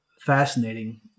fascinating